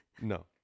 No